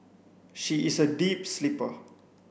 she is a deep sleeper